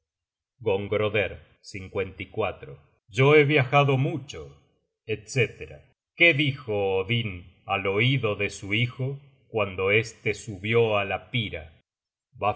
vaya á combatir al lobo gongroder yohe viajado mucho etc qué dijo odin al oido de su hijo cuando este subió á la pira